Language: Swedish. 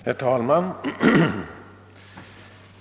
Herr talman!